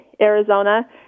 Arizona